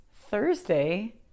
Thursday